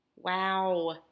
Wow